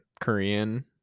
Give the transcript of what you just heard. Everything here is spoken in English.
Korean